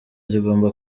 zigomba